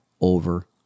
over